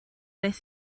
nes